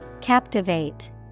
Captivate